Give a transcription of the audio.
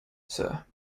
sir